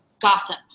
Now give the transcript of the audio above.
gossip